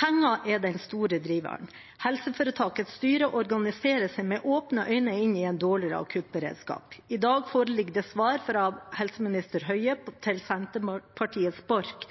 Penger er den store driveren. Helseforetakets styre organiserer seg med åpne øyne inn i en dårligere akuttberedskap. I dag foreligger det svar fra helseminister Høie til Senterpartiets Sandra Borch